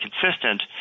consistent